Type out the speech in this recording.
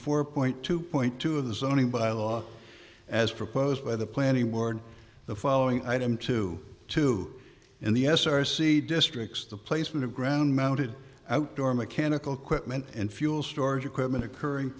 four point two point two of the zoning bylaw as proposed by the planning board the following item to two in the s r c districts the placement of ground mounted outdoor mechanical equipment and fuel storage equipment occurring